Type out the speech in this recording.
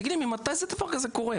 תגיד, לי ממתי דבר כזה קורה?